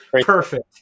perfect